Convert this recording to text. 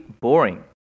boring